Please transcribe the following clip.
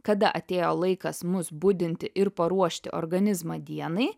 kada atėjo laikas mus budinti ir paruošti organizmą dienai